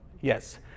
yes